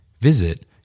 Visit